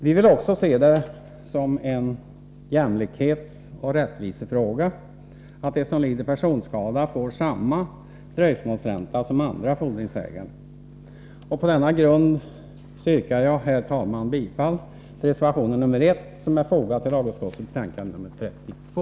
Vi vill också se det som en jämlikhetsoch rättvisefråga, att de som lider personskada får samma dröjsmålsränta som andra fordringsägare. På denna grund så yrkar jag, herr talman, bifall till reservationen nr 1 som är fogad till lagutskottets betänkande nr 32.